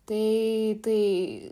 tai tai